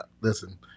listen